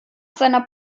seiner